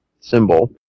symbol